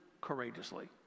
courageously